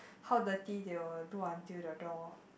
how dirty they will do until the door